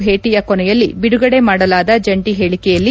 ಭೇಟಿಯ ಕೊನೆಯಲ್ಲಿ ಬಿಡುಗಡೆ ಮಾಡಲಾದ ಜಂಟಿ ಹೇಳಿಕೆಯಲ್ಲಿ